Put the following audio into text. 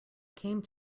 came